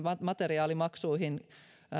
materiaalimaksuihin